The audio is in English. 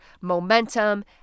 momentum